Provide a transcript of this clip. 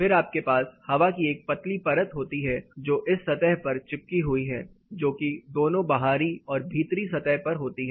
फिर आपके पास हवा की एक पतली परत होती है जो इस सतह पर चिपकी हुई है जोकि दोनों बाहरी और भीतरी सतह पर होती है